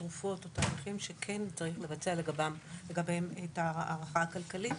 תרופות או תהליכים שכן צריך לבצע לגביהם את ההערכה הכלכלית.